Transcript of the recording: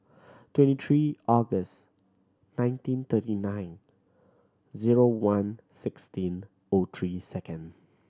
twenty three August nineteen thirty nine zero one sixteen O three second